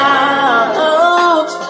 out